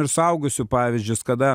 ir suaugusių pavyzdžius kada